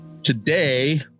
Today